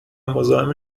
مزاحم